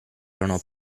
erano